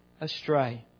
astray